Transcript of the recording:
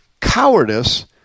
cowardice